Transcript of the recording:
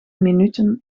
minuten